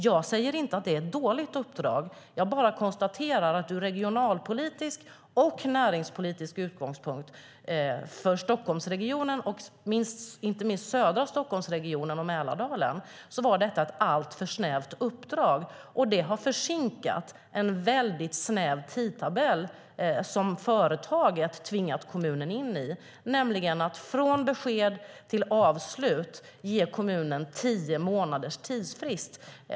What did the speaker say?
Jag säger inte att det är ett dåligt uppdrag; jag bara konstaterar att från en regionalpolitisk och näringspolitisk utgångspunkt för Stockholmsregionen, och inte minst södra Stockholmsregionen och Mälardalen, så var detta ett alltför snävt uppdrag som har försinkat en väldigt snäv tidtabell som företaget tvingat kommunen in i, nämligen att från besked till avslut ge kommunen tio månaders tidsfrist.